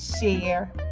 share